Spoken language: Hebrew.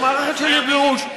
זו מערכת של גירוש,